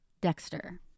Dexter